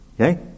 Okay